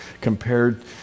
compared